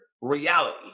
reality